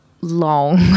long